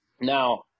Now